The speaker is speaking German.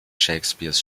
shakespeares